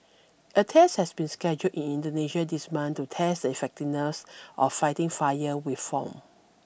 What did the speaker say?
a test has been scheduled in Indonesia this month to test the effectiveness of fighting fire with foam